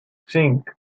cinc